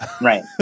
Right